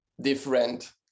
different